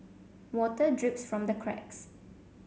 water drips from the cracks